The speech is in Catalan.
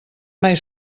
mai